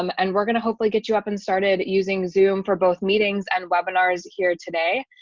um and we're going to hopefully get you up and started using zoom for both meetings and webinars here today.